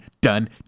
done